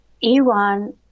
Iran